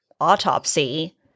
autopsy